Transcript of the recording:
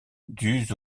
dues